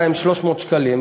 300 שקלים,